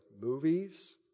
movies